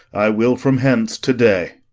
i will from hence to-day.